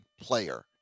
player